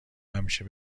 همیشه